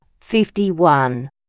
fifty-one